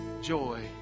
joy